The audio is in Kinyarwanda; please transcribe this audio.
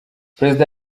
perezida